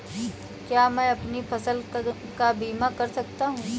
क्या मैं अपनी फसल का बीमा कर सकता हूँ?